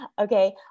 Okay